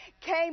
came